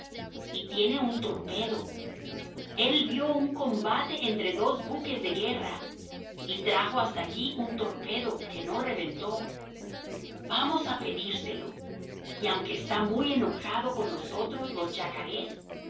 y tiene un torpedo el vio un combate entre dos buques de guerra y trajo hasta aquí un torpedo que no reventó vamos a pedírselo y aunque está muy enojado con nosotros los yacarés